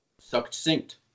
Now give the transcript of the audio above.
Succinct